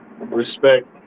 respect